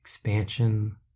expansion